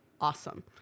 awesome